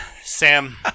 Sam